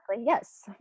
Yes